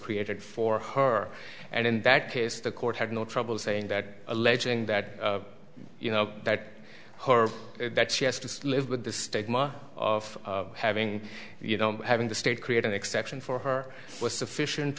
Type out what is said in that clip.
created for her and in that case the court had no trouble saying that alleging that you know that horror that she has to live with the stigma of having you know having the state create an exception for her was sufficient